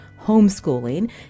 homeschooling